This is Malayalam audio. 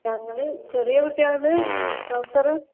ഞങ്ങൾ ചെറിയ കുട്ടികളുടേത് ട്രൗസർ